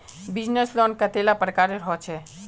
Business loan कतेला प्रकारेर होचे?